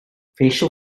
facial